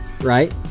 right